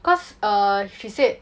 cause err she said